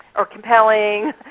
or compelling.